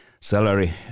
salary